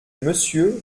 monsieur